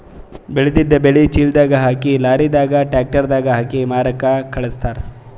ಬೆಳೆದಿದ್ದ್ ಬೆಳಿ ಚೀಲದಾಗ್ ಹಾಕಿ ಲಾರಿದಾಗ್ ಟ್ರ್ಯಾಕ್ಟರ್ ದಾಗ್ ಹಾಕಿ ಮಾರಕ್ಕ್ ಖಳಸ್ತಾರ್